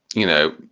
you know,